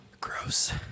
Gross